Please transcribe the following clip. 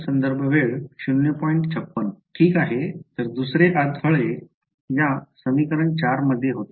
विद्यार्थी εr ठीक आहे तर दुसरे अडथळे या समीकरण ४ मध्ये होते